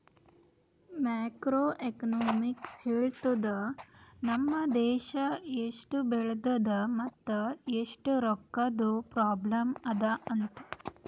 macro economics ಹೇಳ್ತುದ್ ನಮ್ ದೇಶಾ ಎಸ್ಟ್ ಬೆಳದದ ಮತ್ ಎಸ್ಟ್ ರೊಕ್ಕಾದು ಪ್ರಾಬ್ಲಂ ಅದಾ ಅಂತ್